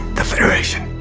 the federation.